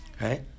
Right